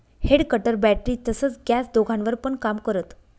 head cutter battery तसच gas दोघांवर पण काम करत